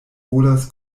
volas